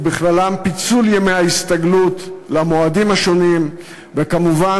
ובכללם פיצול ימי ההסתגלות למועדים השונים וכמובן